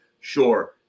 Sure